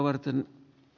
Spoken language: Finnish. varapuhemies